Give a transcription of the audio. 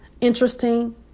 interesting